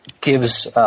gives –